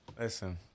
Listen